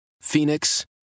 Phoenix